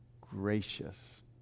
gracious